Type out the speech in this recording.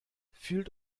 fühlt